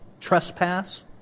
trespass